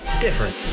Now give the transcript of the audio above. different